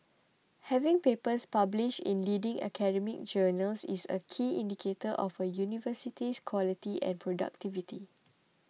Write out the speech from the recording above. having papers published in leading academic journals is a key indicator of a university's quality and productivity